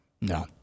no